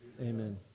Amen